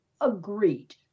agreed